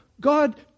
God